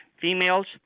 Females